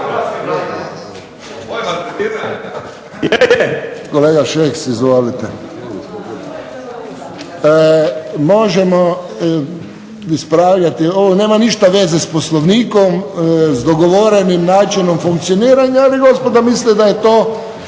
Kolega Šeks, izvolite. Možemo ispravljati, ovo nema ništa veze s Poslovnikom, s dogovorenim načinom funkcioniranja ali gospoda misle da je to